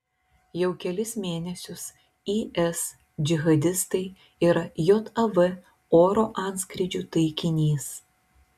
jau kelis mėnesius is džihadistai yra jav oro antskrydžių taikinys